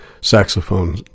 saxophone